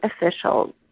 officials